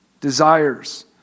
desires